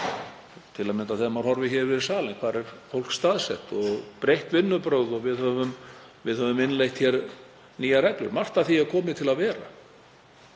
til að mynda þegar maður horfir hér yfir salinn, hvar fólk er staðsett, breytt vinnubrögð og við höfum innleitt nýjar reglur. Margt af því er komið til að vera.